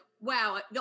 wow